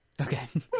okay